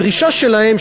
הדרישה שלהם,